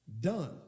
Done